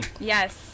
Yes